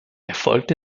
erfolgt